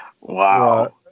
Wow